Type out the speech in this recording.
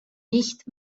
nicht